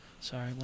Sorry